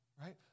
right